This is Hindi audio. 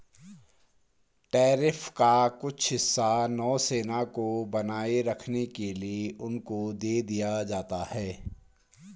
टैरिफ का कुछ हिस्सा नौसेना को बनाए रखने के लिए उनको दे दिया जाता है